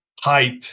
hype